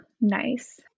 nice